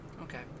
Okay